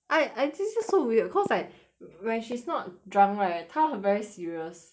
I I this just so weird cause like when she's not drunk right 她 very serious